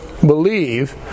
believe